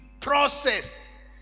process